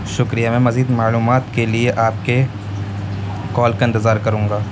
شکریہ میں مزید معلومات کے لیے آپ کے کال کا انتظار کروں گا